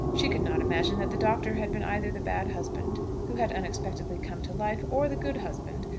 she could not imagine that the doctor had been either the bad husband, who had unexpectedly come to life or the good husband,